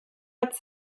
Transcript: bat